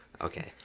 Okay